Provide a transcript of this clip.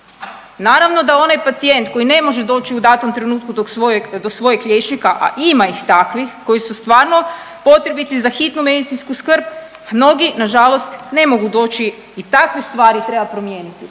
Naravno da onaj pacijent koji ne može doći u datom trenutku do svojeg, do svojeg liječnika, a ima ih takvih koji su stvarno potrebiti za hitnu medicinsku skrb, pa mnogi nažalost ne mogu doći i takve stvari treba promijeniti,